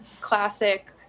classic